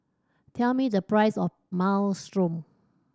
tell me the price of Minestrone